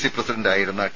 C പ്രസിഡന്റായിരുന്ന T